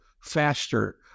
faster